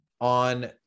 on